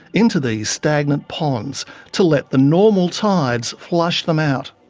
into these stagnant ponds to let the normal tides flush them out.